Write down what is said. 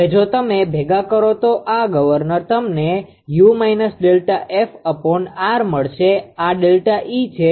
હવે જો તમે ભેગા કરો તો આ ગવર્નર તમને મળશે આ ΔE છે